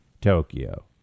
Tokyo